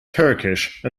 turkish